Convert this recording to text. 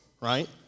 right